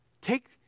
Take